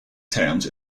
towns